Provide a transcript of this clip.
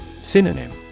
Synonym